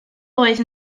oedd